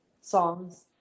songs